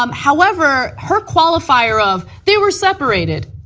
um however, her qualifier of, they were separated.